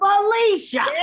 Felicia